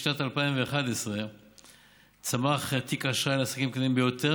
משנת 2011 צמח תיק האשראי לעסקים קטנים ביותר